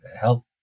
help